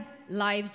Arabs Lives Matter.